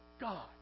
God